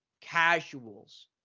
casuals